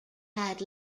had